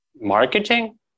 marketing